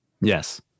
Yes